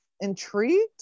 intrigued